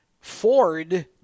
Ford